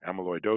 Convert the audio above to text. amyloidosis